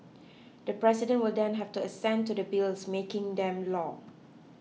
the president will then have to assent to the bills making them law